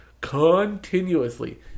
Continuously